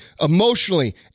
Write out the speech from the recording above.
emotionally